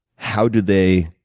how do they